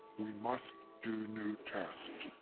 we must do new test!